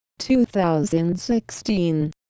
2016